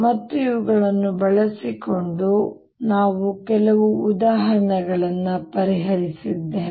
ಮತ್ತು ಇವುಗಳನ್ನು ಬಳಸಿಕೊಂಡು ನಾವು ಕೆಲವು ಉದಾಹರಣೆಗಳನ್ನು ಪರಿಹರಿಸಿದ್ದೇವೆ